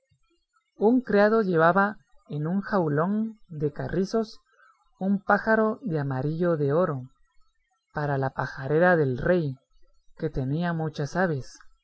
un criado llevaba en un jaulón de carrizos un pájaro de amarillo de oro para la pajarera del rey que tenía muchas aves